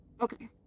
Okay